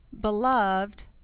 beloved